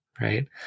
right